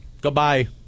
goodbye